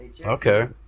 Okay